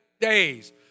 days